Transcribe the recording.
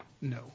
No